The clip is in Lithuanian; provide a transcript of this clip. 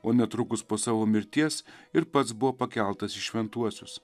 o netrukus po savo mirties ir pats buvo pakeltas į šventuosius